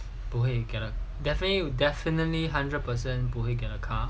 不会 you cannot definitely definitely hundred percent 不会 get a car